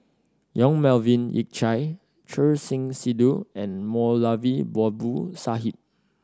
Yong Melvin Yik Chye Choor Singh Sidhu and Moulavi Babu Sahib